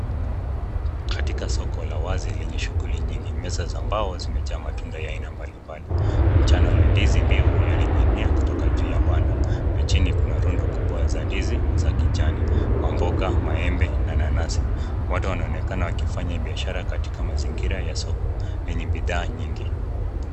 Katika soko la wazi lenye shughuli nyingi. Meza za mbao zimejaa matunda ya aina mbali mbali. Mchano ya ndizi mbivu yaning'inia kutoka juu ya banda na chini kuna rundo kubwa za ndizi za kijani. Mamboga, maembe na nanasi. Watu wanaonekana wakifanya hii biashara katika mazingira ya soko lenye bidhaa nyingi.